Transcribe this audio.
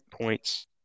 points